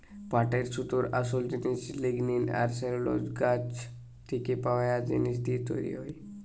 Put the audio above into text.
পাটের সুতোর আসোল জিনিস লিগনিন আর সেলুলোজ গাছ থিকে পায়া জিনিস দিয়ে তৈরি হয়